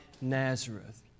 Nazareth